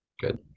Good